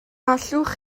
allwch